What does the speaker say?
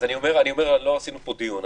לא עשינו פה דיון.